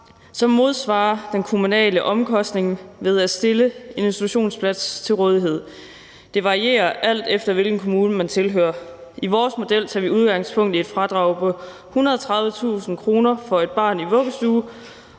som modsvarer den kommunale omkostning ved at stille en institutionsplads til rådighed. Det varierer, alt efter hvilken kommune man tilhører. I vores model tager vi udgangspunkt i et fradrag på 130.000 kr. for et barn i vuggestue